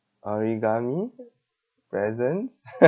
origami presents